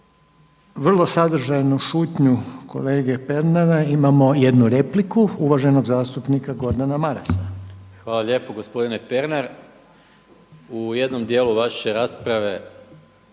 vrlo sadržajnu šutnju kolege Pernara imamo jednu repliku uvaženog zastupnika Gordana Marasa. **Maras, Gordan (SDP)** Hvala lijepo gospodine Pernar, u jednom dijelu vaše rasprave